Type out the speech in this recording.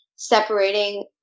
Separating